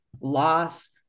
loss